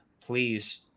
please